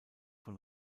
von